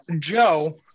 Joe